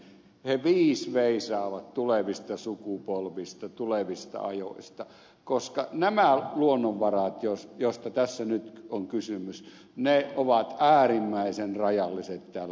he viis veisaavat tulevista sukupolvista tulevista ajoista koska nämä luonnonvarat joista tässä nyt on kysymys ovat äärimmäisen rajalliset täällä suomenniemellä